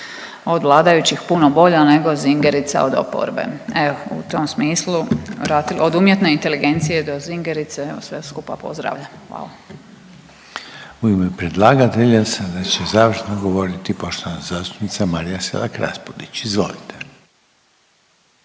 od vladajućih puno bolja nego zingerica od oporbe. Evo u tom smislu od umjetne inteligencije do zingerice evo sve skupa pozdravljam. Hvala. **Reiner, Željko (HDZ)** U ime predlagatelja sada će završno govoriti poštovana zastupnica Marija Selak-Raspudić. Izvolite.